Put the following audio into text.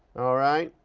all right.